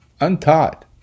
untaught